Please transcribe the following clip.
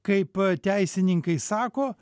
kaip teisininkai sako